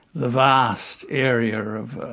the vast area of